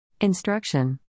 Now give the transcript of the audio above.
Instruction